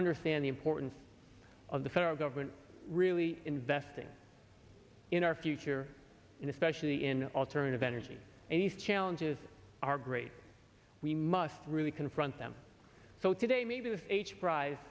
understand the importance of the federal government really investing in our future and especially in alternative energy and these challenges are great we must really confront them so today maybe this age pri